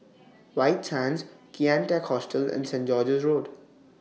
White Sands Kian Teck Hostel and Saint George's Road